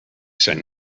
zijn